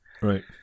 Right